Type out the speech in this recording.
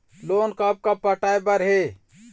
Loan कब कब पटाए बर हे?